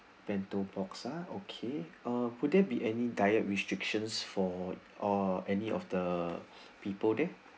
bento box ah okay uh would there be any diet restrictions for or any of the people there